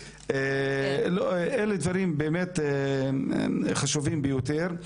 אלה דברים באמת חשובים ביותר.